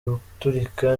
guturika